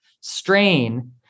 strain